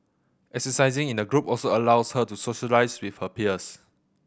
exercising in a group also allows her to socialise with her peers